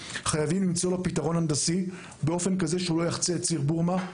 חייבים למצוא לו פתרון הנדסי באופן כזה שהוא לא יחצה את ציר בורמה.